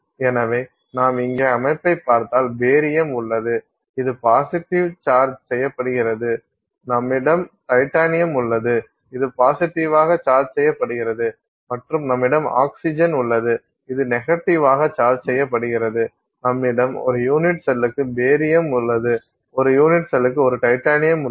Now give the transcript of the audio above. எனவே நாம் இங்கே அமைப்பைப் பார்த்தால் பேரியம் உள்ளது இது பாசிட்டிவாக சார்ஜ் செய்யப்படுகிறது நம்மிடம் டைட்டானியம் உள்ளது இது பாசிட்டிவாக சார்ஜ் செய்யப்படுகிறது மற்றும் நம்மிடம் ஆக்சிஜன் உள்ளது இது நெகட்டிவாக செய்யப்படுகிறது நம்மிடம் ஒரு யூனிட் செல்லுக்கு 1 பேரியம் உள்ளது ஒரு யூனிட் செல்லுக்கு 1 டைட்டானியம் உள்ளது